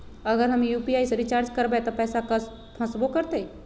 अगर हम यू.पी.आई से रिचार्ज करबै त पैसा फसबो करतई?